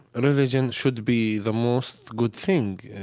ah religion should be the most good thing.